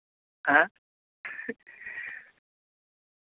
ᱦᱮᱸ